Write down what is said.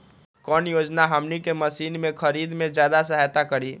कौन योजना हमनी के मशीन के खरीद में ज्यादा सहायता करी?